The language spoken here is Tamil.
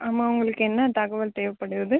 ஆமாம் உங்களுக்கு என்ன தகவல் தேவைப்படுது